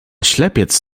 ślepiec